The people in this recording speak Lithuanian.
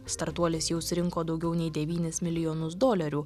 startuolis jau surinko daugiau nei devynis milijonus dolerių